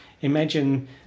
Imagine